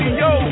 yo